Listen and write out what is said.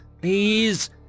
Please